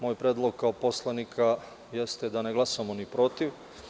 Moj predlog kao poslanika jeste da ne glasamo ni protiv.